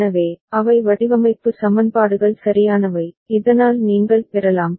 எனவே அவை வடிவமைப்பு சமன்பாடுகள் சரியானவை இதனால் நீங்கள் பெறலாம்